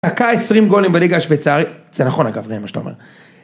דקה 20 גולם בלגה השוויצארית, זה נכון אגב ראם מה שאתה אומר.